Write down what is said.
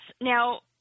Now